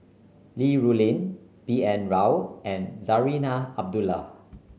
Li Rulin B N Rao and Zarinah Abdullah